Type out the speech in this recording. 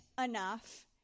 enough